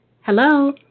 Hello